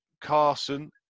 Carson